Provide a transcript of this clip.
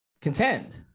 contend